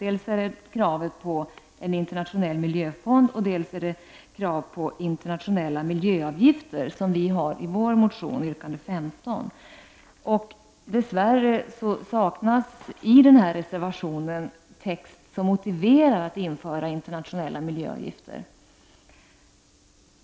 Det är dels kravet på en internationell miljöfond, dels krav på internationella miljöavgifter som vi har föreslagit i vår motion, yrkande 15. Dess värre saknas i reservationen text som motiverar införande av internationella miljöavgifter.